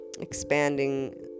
expanding